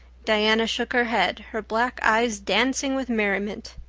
diana shook her head, her black eyes dancing with merriment.